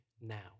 now